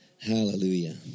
Hallelujah